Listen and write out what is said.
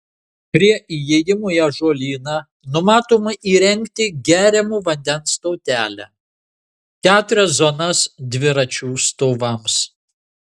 prie įėjimo į ažuolyną numatoma įrengti geriamo vandens stotelę keturias zonas dviračių stovams